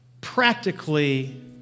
practically